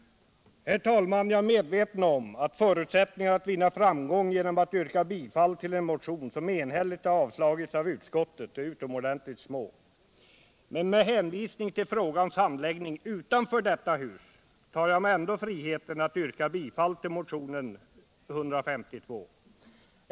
Herr talman! Jag är medveten om att förutsättningarna att vinna framgång genom att yrka bifall till en motion, som enhälligt har avstyrkts av ett utskott, är utomordentligt små. Men med hänvisning till frågans handläggning utanför detta hus tar jag mig ändå friheten att yrka bifall till motionen 152.